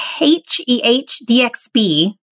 H-E-H-D-X-B